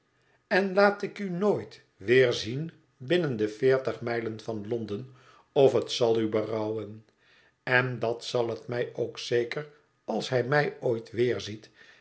en laat ik u nooit weer zien binnen de veertig mijlen van londen of het zal u berouwen en dat zal het mij ook zeker als hij mij ooit weerziet en